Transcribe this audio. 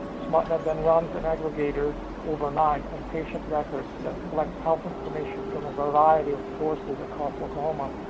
smrtnet then runs an aggregator overnight on patient records, that collect health information from a variety of sources across oklahoma,